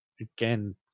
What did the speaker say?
again